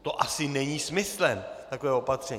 To asi není smyslem takového opatření.